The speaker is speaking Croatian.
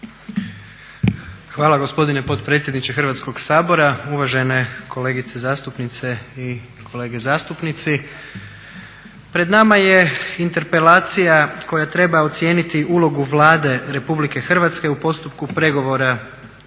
Hvala gospodine potpredsjedniče Hrvatskog sabora, uvažene kolegice zastupnice i kolege zastupnici. Pred nama je interpelacija koja treba ocijeniti ulogu Vlade RH u postupku pregovora EU